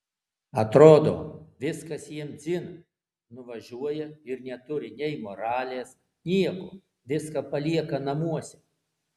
atrodo viskas jiems dzin nuvažiuoja ir neturi nei moralės nieko viską palieka namuose